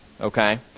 okay